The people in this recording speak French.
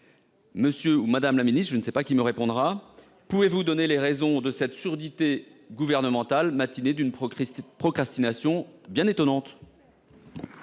Monsieur ou Madame la Ministre je ne sais pas qui me répondra, pouvez-vous donner les raisons de cette surdité gouvernementale mâtiné d'une pro Christian procrastination bien étonnante.